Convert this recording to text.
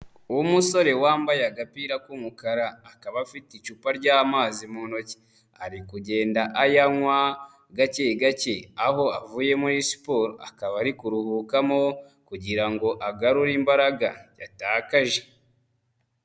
Umusore wambaye agapira k'umukara akaba afite icupa ry'amazi mu ntoki, ari kugenda ayanywa gake gake, aho avuye muri siporo, akaba ari kuruhukamo kugira ngo agarure imbaraga yatakaje.